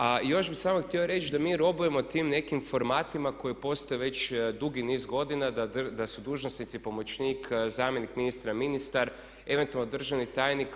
A još bih samo htio reći da mi robujemo tim nekim formatima koji postoje već dugi niz godina, da su dužnosnici pomoćnik, zamjenik ministra, ministar, eventualno državni tajnik.